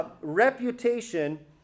Reputation